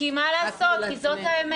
כי מה לעשות, זאת האמת.